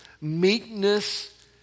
meekness